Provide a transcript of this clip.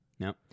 No